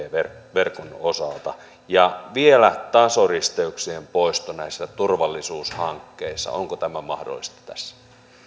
verkon osalta ja vielä tasoristeyksien poisto näissä turvallisuushankkeissa onko tämä mahdollista tässä